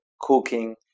cooking